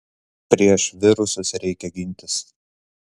prieš virusus reikia gintis